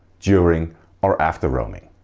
during or after roaming.